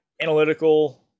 analytical